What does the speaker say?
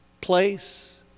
place